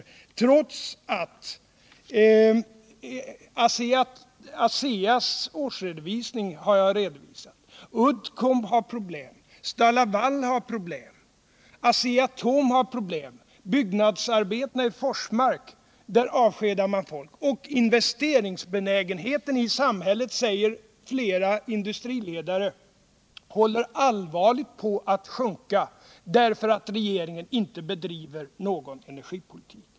Det har han gjort trots att jag har pekat på ASEA:s årsredovisning, på att Uddcomb, STAL-LAVAL och Asea-Atom har problem och på att folk avskedas vid byggnadsarbetena i Forsmark. Investeringsbenägenheten i samhället, säger flera industriledare, håller på att allvarligt sjunka därför att regeringen inte bedriver någon energipolitik.